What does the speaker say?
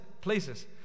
places